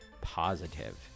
positive